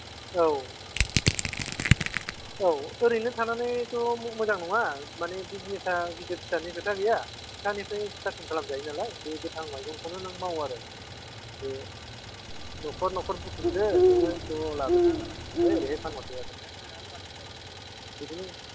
औ औ ओरैनो थानानैथ' मोजां नङा मानि बिजनेसा गिदिर फिसानि खोथा गैया फिसानिफ्राय स्टारटिं खालाम जायो नालाय बे गोथां मैगंखौनो नों माव आरो बे न'खर न'खर बुथुमदो नोङो ज' लाबोदो आमफ्राय ओरैहाय फानहरदो आरो बिदिनो